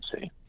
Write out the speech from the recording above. see